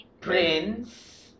Prince